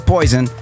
Poison